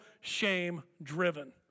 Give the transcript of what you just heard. shame-driven